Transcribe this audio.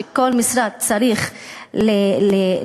וכל משרד צריך להבהיר,